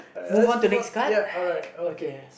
move on to next card okay